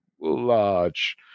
large